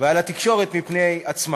ועל התקשורת, מפני עצמה.